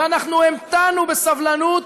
ואנחנו המתנו בסבלנות,